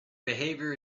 behavior